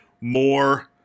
More